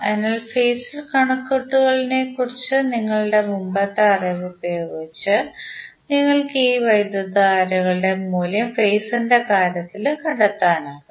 അതിനാൽ ഫേസർ കണക്കുകൂട്ടലിനെക്കുറിച്ചുള്ള നിങ്ങളുടെ മുമ്പത്തെ അറിവ് ഉപയോഗിച്ച് നിങ്ങൾക്ക് ഈ വൈദ്യുതധാരകളുടെ മൂല്യം ഫേസ്റിന്റെ കാര്യത്തിലും കണ്ടെത്താനാകും